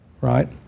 right